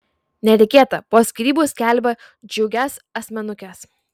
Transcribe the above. netikėta po skyrybų skelbia džiugias asmenukes